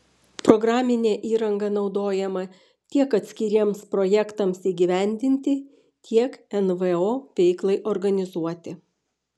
programinė įranga naudojama tiek atskiriems projektams įgyvendinti tiek nvo veiklai organizuoti